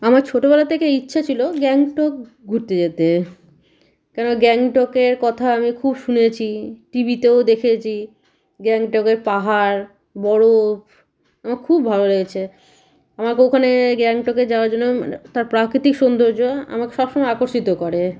আমার ছোটোবেলা থেকেই ইচ্ছা ছিলো যে আমি একটু ঘুরতে যেতে কারণ গ্যাংটকের কথা আমি খুব শুনেছি টিভিতেও দেখেছি গ্যাংটকের পাহাড় বরফ আমার খুব ভালো লেগেছে আমাকে ওখানে গ্যাংটকে যাওয়ার জন্য মানে তার প্রাকৃতিক সৌন্দর্য আমাকে সব সময় আকর্ষিত করে